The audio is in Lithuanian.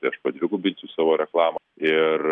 tai aš padvigubinsiu savo reklamą ir